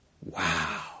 wow